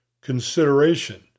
Consideration